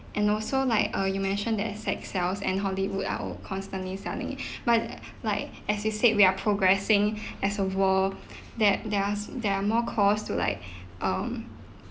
and also like err you mention that sex sells and hollywood are constantly selling it but like as you said we are progressing as a world that there are there are more cause to like um